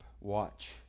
watch